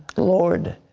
lord,